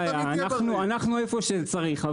אנחנו איפה שצריך,